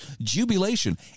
jubilation